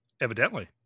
Evidently